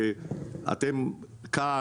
כאן,